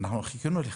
אנחנו חיכינו לך,